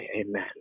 Amen